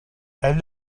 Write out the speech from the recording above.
est